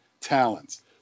talents